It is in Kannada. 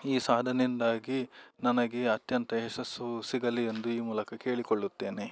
ಈ ಸಾಧನೆಯಿಂದಾಗಿ ನನಗೆ ಅತ್ಯಂತ ಯಶಸ್ಸು ಸಿಗಲಿ ಎಂದು ಈ ಮೂಲಕ ಕೇಳಿಕೊಳ್ಳುತ್ತೇನೆ